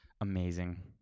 Amazing